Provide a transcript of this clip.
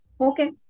Okay